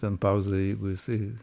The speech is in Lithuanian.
ten pauza jeigu jisai